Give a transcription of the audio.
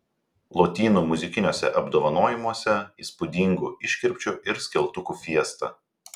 lotynų muzikiniuose apdovanojimuose įspūdingų iškirpčių ir skeltukų fiesta